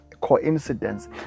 coincidence